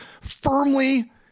firmly